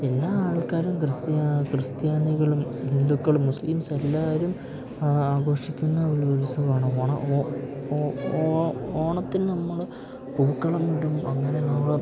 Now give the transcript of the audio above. എല്ലാ ആൾക്കാരും ക്രിസ്ത്യാ ക്രിസ്ത്യാനികളും ഹിന്ദുക്കളും മുസ്ലിംസെല്ലാവരും ആ ആഘോഷിക്കുന്ന ഒരുത്സവമാണ് ഓണ ഒ ഒ ഓ ഓണത്തിന് നമ്മൾ പൂക്കളമിടും അങ്ങനെ നമ്മൾ